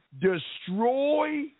destroy